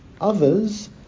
others